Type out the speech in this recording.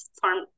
farm